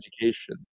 education